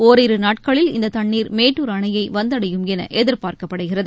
ஒரிருநாட்களில் இந்ததண்ணீர் மேட்டூர் அணையைவந்தடையும் எனஎதிர்பார்க்கப்படுகிறது